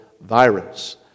virus